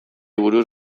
buruz